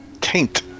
Taint